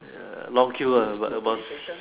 long queue ah but a bus